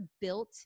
built